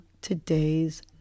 today's